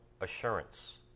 assurance